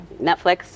Netflix